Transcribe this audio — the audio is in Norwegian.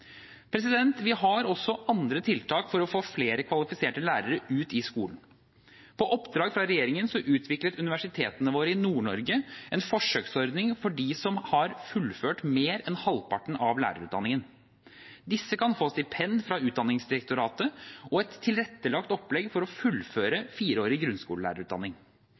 Vi har også andre tiltak for å få flere kvalifiserte lærere ut i skolen. På oppdrag fra regjeringen utviklet universitetene i Nord-Norge en forsøksordning for dem som har fullført mer enn halvparten av lærerutdanningen. Disse kan få stipend fra Utdanningsdirektoratet og et tilrettelagt opplegg for å fullføre fireårig grunnskolelærerutdanning.